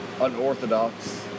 unorthodox